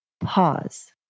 pause